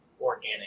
organic